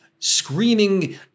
screaming